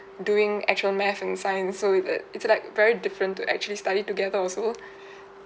doing actual math and science so that it's like very different to actually study together also